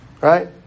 right